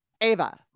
Ava